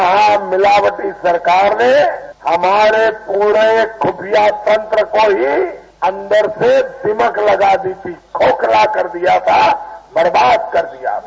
महामिलावटी सरकार ने हमारे पूरे खुफिया तंत्र को ही अंदर से दीमक लगा दी थी खोखला कर दिया बर्बाद कर दिया था